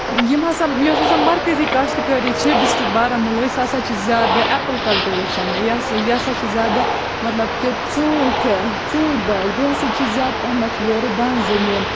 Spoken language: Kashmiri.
یِم ہَسا یۄس ہَس مَرکٔزی کاشتکٲری چھِ ڈِسٹِرٛک بارہمُلہٕچ سۄ ہَسا چھِ زیادٕ اٮ۪پٕل کَلٹِویشَنٕے یہِ ہَسا یہِ ہَسا چھِ زیادٕ مطلب کہِ ژوٗںٛٹھۍ ژوٗںٛٹھۍ باغ بیٚیہِ ہَسا چھِ زیادٕ پَہمَتھ یورٕ دانہِ زٔمیٖن